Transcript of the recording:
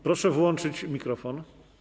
Proszę włączyć mikrofon.